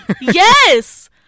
Yes